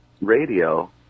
radio